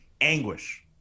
anguish